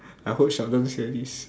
I hope Sheldon hear this